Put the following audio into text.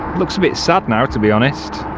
looks a bit sad now to be honest.